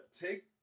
take